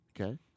Okay